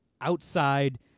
outside